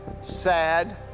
sad